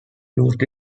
used